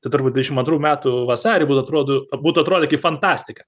tai turbūt dvidešimt antrųjų metų vasarį butų atrodo būtų atrodę kaip fantastika